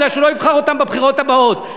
מפני שלא נבחר אותם בבחירות הבאות,